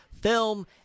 film